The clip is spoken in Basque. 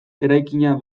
eraikina